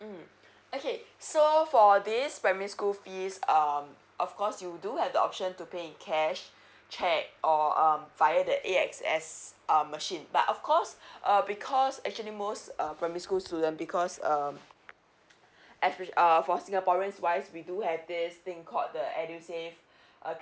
mm okay so for this primary school fees um of course you do have the option to pay in cash cheque or um via the A X S uh machine but of course uh because actually most uh primary school student because um err for singaporeans wise we do have this thing called the edusave uh